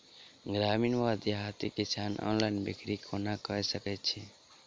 ग्रामीण वा देहाती किसान ऑनलाइन बिक्री कोना कऽ सकै छैथि?